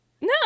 No